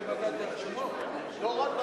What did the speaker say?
חבר הכנסת